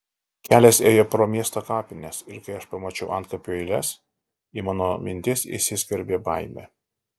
kelias ėjo pro miesto kapines ir kai aš pamačiau antkapių eiles į mano mintis įsiskverbė baimė